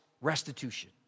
Restitution